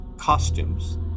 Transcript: costumes